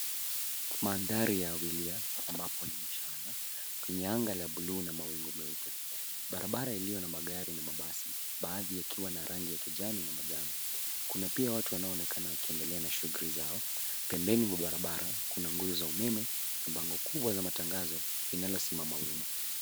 Mandhari ya abiria ambapo ni mchana. Kuna anga la buluu na mawingu meupe. Barabara iliyo na magari na mabasi, baadhi yakiwa na rangi ya kijani na manjano. Kuna pia watu wanaoonekana wakiendelea na shuguli zao. Pembeni mwa barabara, kuna nguzo za umeme, na bango kubwa la matangazo linalosimama wima.